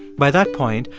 by that point,